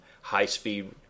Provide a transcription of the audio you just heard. high-speed